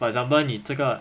for example 你这个